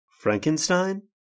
Frankenstein